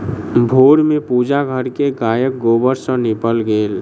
भोर में पूजा घर के गायक गोबर सॅ नीपल गेल